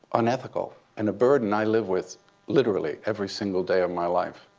unethical, and a burden i live with literally every single day of my life,